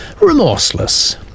remorseless